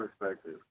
perspective